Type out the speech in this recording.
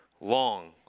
long